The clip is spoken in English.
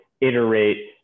iterate